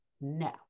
No